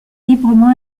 librement